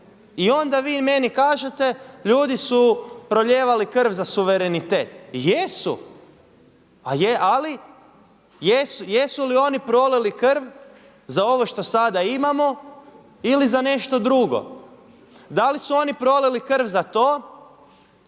I onda vi meni kažete ljudi su prolijevali krv za suverenitet. Jesu, ali jesu li oni prolili krv za ovo što sada imamo ili za nešto drugo? Da li su oni prolili krv za to